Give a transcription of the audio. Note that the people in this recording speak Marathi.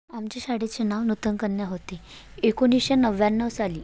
आमच्या शाळेचे नाव नूतन कन्या होते एकोणीसशे नव्याण्णव साली